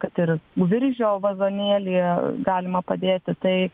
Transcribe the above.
kad ir viržio vazonėlyje galima padėti tai